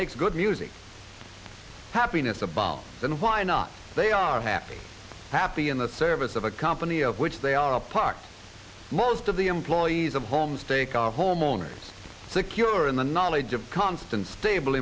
makes good music happiness about then why not they are happy happy in the service of a company of which they are parts most of the employees of homestake are homeowners secure in the knowledge of constant stable